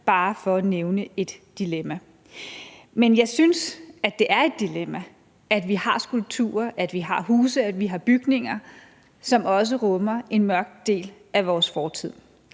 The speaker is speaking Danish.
bare for at nævne et dilemma. Men jeg synes, at det er et dilemma, at vi har skulpturer, at vi har huse, at vi har bygninger, som også rummer en mørk del af vores fortid.